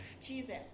Jesus